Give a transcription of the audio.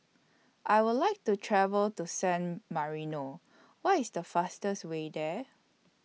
I Would like to travel to San Marino What IS The fastest Way There